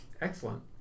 Excellent